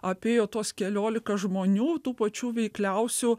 apėjo tuos keliolika žmonių tų pačių veikliausių